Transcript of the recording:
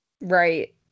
right